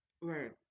Right